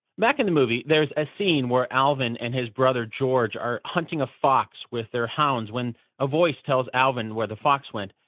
back in the movie, there's a scene where alvin and his brother george are hunting a fox with their hounds when a voice tells alvin where the fox went.